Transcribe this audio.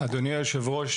אדוני היושב-ראש,